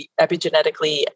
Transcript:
epigenetically